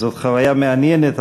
זו חוויה מעניינת,